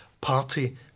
party